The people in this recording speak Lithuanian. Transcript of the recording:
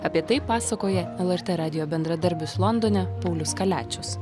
apie tai pasakoja lrt radijo bendradarbis londone paulius kaliačius